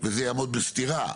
שמי סמואל קוקוצ'קה,